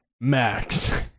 Max